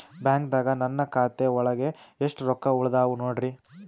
ಬ್ಯಾಂಕ್ದಾಗ ನನ್ ಖಾತೆ ಒಳಗೆ ಎಷ್ಟ್ ರೊಕ್ಕ ಉಳದಾವ ನೋಡ್ರಿ?